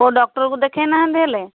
କେଉଁ ଡକ୍ଟର୍କୁ ଦେଖାଇ ନାହାନ୍ତି ହେଲେ